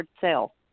sale